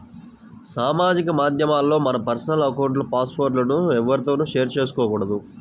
సామాజిక మాధ్యమాల్లో మన పర్సనల్ అకౌంట్ల పాస్ వర్డ్ లను ఎవ్వరితోనూ షేర్ చేసుకోకూడదు